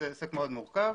זה עסק מאוד מורכב.